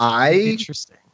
Interesting